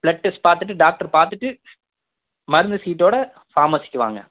blood test பார்த்துட்டு doctor பார்த்துட்டு மருந்து சீட்டோட பார்மசிக்கு வாங்க